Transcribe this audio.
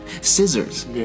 Scissors